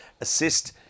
assist